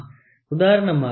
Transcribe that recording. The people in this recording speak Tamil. உதாரணமாக 1